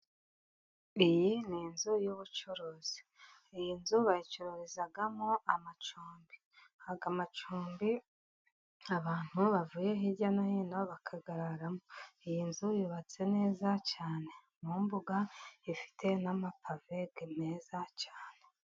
Iyi ni inzu y'ubucuruzi. Iyi nzu bayicuruzamo amacumbi. Aya amacumbi abantu bavuye hirya no hino bayararamo. Iyi nzu yubatse neza cyane, mu mbuga ifite n'amapave meza cyane.